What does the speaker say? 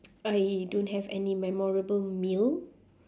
I don't have any memorable meal